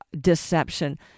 deception